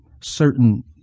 certain